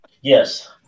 yes